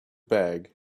bag